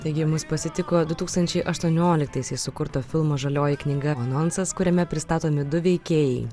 taigi mus pasitiko du tūkstančiai aštuonioliktaisiais sukurto filmo žalioji knyga anonsas kuriame pristatomi du veikėjai